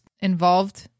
involved